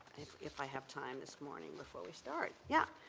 if i have time this morning before we start. yeah